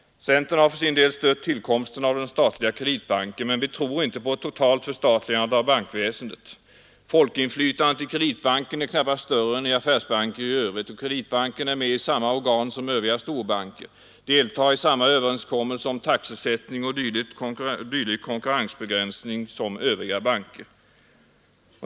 Centern har för sin del stött tillkomsten av den statliga Kreditbanken, men vi tror inte på ett förstatligande av bara bank väsendet. Folkinflytandet i Kreditbanken är knappast större än i affärsbanker i övrigt. Kreditbanken är med i samma organ som övriga storbanker, deltar i samma överenskommelser om taxesättning och dylik konkurrensbegränsning som övriga banker.